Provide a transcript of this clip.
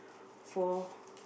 for